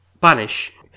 Banish